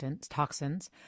toxins